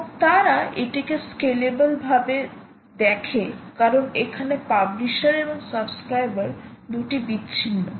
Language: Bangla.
এবং তারা এটিকে স্কেলেবল ভাবে দেখে কারণ এখানে পাবলিশার এবং সাবস্ক্রাইবার দুটি বিচ্ছিন্ন